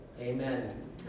Amen